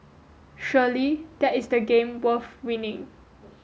surely that is the game worth winning